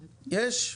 שלה,